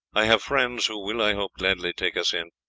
i have friends, who will, i hope, gladly take us in.